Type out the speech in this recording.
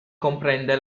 comprende